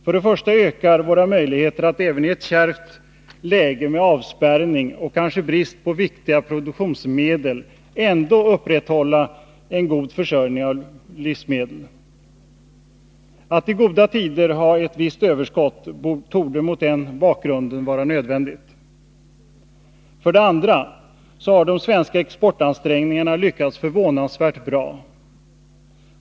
För det första ökar våra möjligheter att även i ett kärvt läge med avspärrning och kanske brist på viktiga produktionsmedel upprätthålla en god försörjning med livsmedel. Att i goda tider ha ett visst överskott torde mot den bakgrunden vara nödvändigt. För det andra har de svenska exportansträngningarna lyckats förvånansvärt bra.